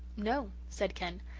no, said ken.